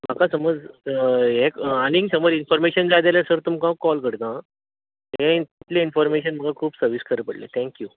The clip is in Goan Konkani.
म्हाका समज हें क आनी समज इनफॉर्मेशन जाय जाल्यार सर तुमकां हांव कॉल करतां आं हें इतलें इनफॉर्मेशन म्हाका खूब सविस्कर पडलें थँक्यू